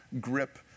grip